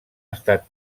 estat